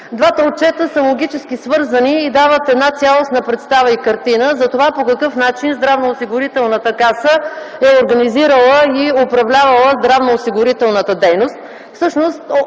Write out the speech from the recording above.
Двата отчета са логически свързани и дават една цялостна представа и картина как, по какъв начин Националната здравноосигурителна каса е организирала и е управлявала здравноосигурителната дейност.